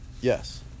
Yes